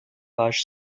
page